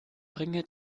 bringe